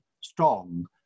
strong